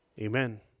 amen